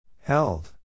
Held